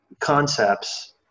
concepts